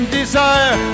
desire